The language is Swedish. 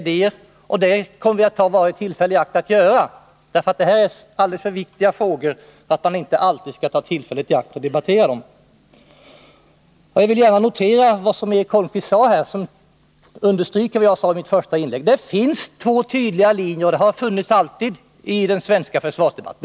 Men vi kommer att göra det, därför att de här frågorna är alldeles för viktiga för att vi skulle underlåta att ta tillfället i akt att debattera dem. Jag vill gärna notera vad Eric Holmqvist här sade — det understryker vad jag framhöll i mitt första inlägg: Det finns och har alltid funnits två tydliga linjer i den svenska försvarsdebatten.